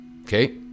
okay